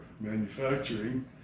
manufacturing